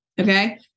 Okay